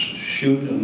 shoot